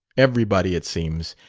everybody, it seems,